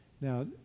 Now